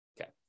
Okay